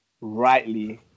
rightly